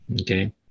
Okay